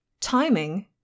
Timing